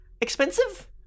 expensive